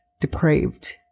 depraved